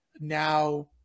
now